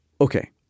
Okay